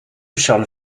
charles